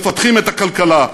מפתחים את הכלכלה,